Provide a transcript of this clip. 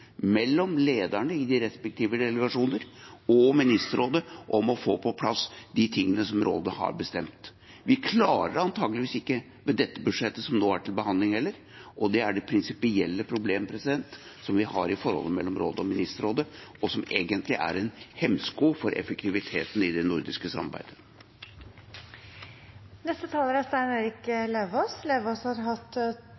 mellom lederne i de respektive delegasjoner og Ministerrådet om å få på plass de tingene Rådet har bestemt. Vi klarer det antakeligvis heller ikke med budsjettet som nå er til behandling. Det er det prinsipielle problemet vi har i forholdet mellom Rådet og Ministerrådet, og som egentlig er en hemsko for effektiviteten i det nordiske samarbeidet. Representanten Stein Erik